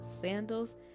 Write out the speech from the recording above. Sandals